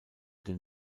den